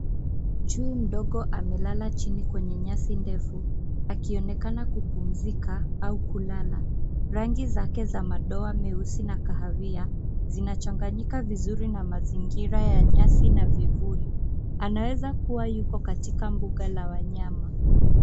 Chui mdogo amelala chini kwenye nyasi ndefu akionekana kupumzika au kulala. Rangi zake za madoa meusi na kahawia zinachanganyika vizuri na mazingira ya nyasi na vivuli. Anaweza kuwa yuko katika mbuga la wanyama.